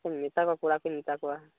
ᱢᱮᱛᱟᱠᱚ ᱠᱚᱲᱟ ᱠᱚᱧ ᱢᱮᱛᱟ ᱠᱚᱣᱟ